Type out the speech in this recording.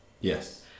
yes